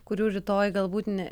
kurių rytoj galbūt ne